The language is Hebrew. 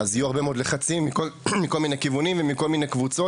אז יהיו הרבה מאוד לחצים מכל מיני כיוונים ומכל מיני קבוצות,